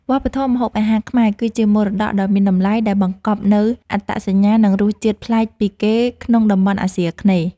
វប្បធម៌ម្ហូបអាហារខ្មែរគឺជាមរតកដ៏មានតម្លៃដែលបង្កប់នូវអត្តសញ្ញាណនិងរសជាតិប្លែកពីគេក្នុងតំបន់អាស៊ីអាគ្នេយ៍។